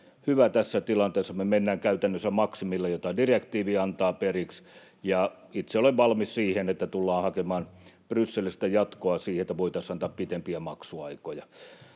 hyvä tässä tilanteessa. Me mennään käytännössä maksimilla, jonka direktiivi antaa periksi, ja itse olen valmis siihen, että tullaan hakemaan Brysselistä jatkoa siihen, että voitaisiin antaa pitempiä maksuaikoja.